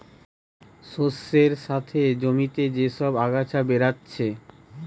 শস্যের সাথে জমিতে যে সব আগাছা বেরাচ্ছে